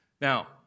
Now